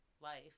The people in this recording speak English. life